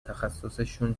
تخصصشون